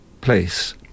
Place